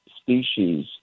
species